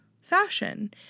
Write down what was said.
fashion